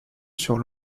sur